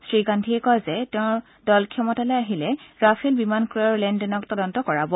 শ্ৰী গান্ধীয়ে কয় যে তেওঁৰ দল ক্ষমতালৈ আহিলে ৰাফেল বিমান ক্ৰয়ৰ লেনদেনক তদন্ত কৰাব